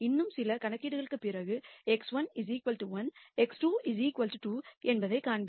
இன்னும் சில கணக்கீடுகளுக்குப் பிறகு x1 1 x2 2 என்பதைக் காண்பீர்கள்